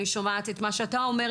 אני שומעת את מה שאתה אומר,